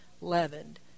leavened